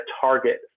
target